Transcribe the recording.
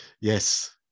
Yes